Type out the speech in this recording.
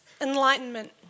enlightenment